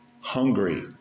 Hungry